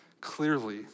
clearly